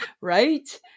Right